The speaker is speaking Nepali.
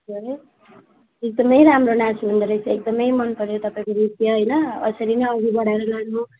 के अरे एकदमै राम्रो नाच्नु हुँदोरहेछ एकदमै मनपऱ्यो तपाईँको नृत्य होइन यसरी नै अगाडि बढाएर लानुहोस्